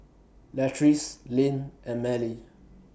Latrice Linn and Mallie